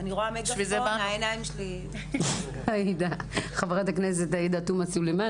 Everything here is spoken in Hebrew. אני רואה מגפון העיניים שלי -- חברת הכנסת עאידה תומא סלימאן